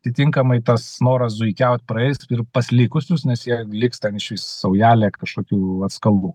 atitinkamai tas noras zuikiaut praeis ir pas likusius nes jie liks ten iš vis saujelė kažkokių atskalų